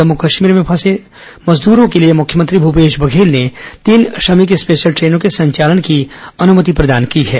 जम्मू कश्मीर में फंसे श्रमिकों के लिए मुख्यमंत्री भूपेश बघेल ने तीन श्रमिक स्पेशल ट्रेनों के संचालन की अनुमति प्रदान की थी